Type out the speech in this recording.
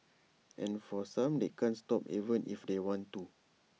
and for some they can't stop even if they want to